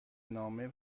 نامه